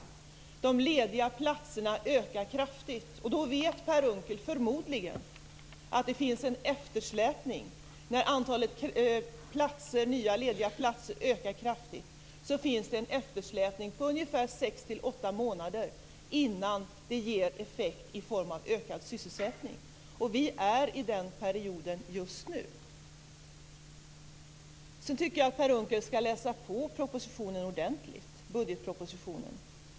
De lediga platserna ökar kraftigt. Per Unckel vet förmodligen att när antalet nya lediga platser ökar kraftigt finns det en eftersläpning på 6-8 månader innan effekten i form av ökad sysselsättning syns. Vi är i den perioden just nu. Sedan tycker jag att Per Unckel skall läsa på budgetpropositionen ordentligt.